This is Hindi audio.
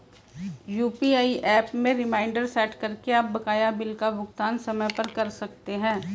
यू.पी.आई एप में रिमाइंडर सेट करके आप बकाया बिल का भुगतान समय पर कर सकते हैं